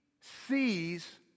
sees